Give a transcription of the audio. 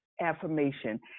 Affirmation